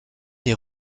des